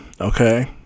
Okay